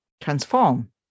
transform